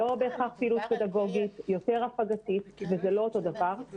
לא בהכרח פעילות פדגוגית אלא יותר הפגתית וזה לא אותו הדבר.